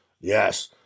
Yes